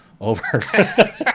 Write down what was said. over